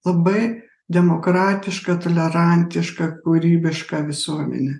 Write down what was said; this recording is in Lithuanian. labai demokratišką tolerantišką kūrybišką visuomenę